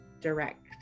direct